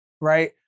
right